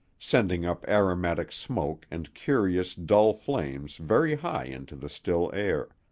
sending up aromatic smoke and curious, dull flames very high into the still air.